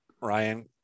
Ryan